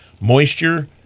Moisture